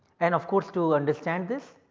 and of course, to understand this,